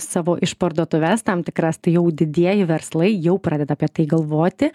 savo išparduotuves tam tikras tai jau didieji verslai jau pradeda apie tai galvoti